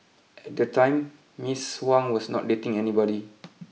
at the time Miss Huang was not dating anybody